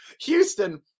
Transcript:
Houston